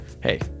hey